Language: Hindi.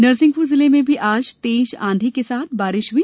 नरसिंहपुर जिले में भी आज तेज आंधी के साथ बारिश हुई